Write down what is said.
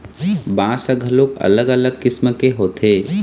बांस ह घलोक अलग अलग किसम के होथे